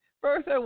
first